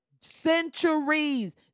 centuries